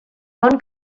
bon